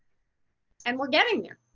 and we're getting there.